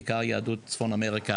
ובעיקר יהדות צפון אמריקה.